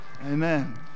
Amen